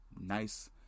nice